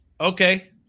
Okay